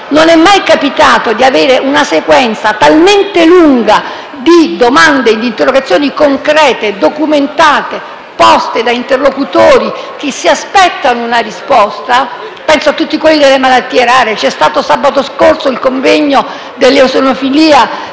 Non è mai capitato di avere una sequenza talmente lunga di domande e di interrogazioni concrete, documentate e poste da interlocutori che si aspettano una risposta. Penso a tutti quelli delle malattie rare - c'è stato sabato scorso il convegno sull'eosinofilia